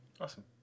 Awesome